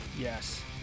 Yes